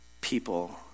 people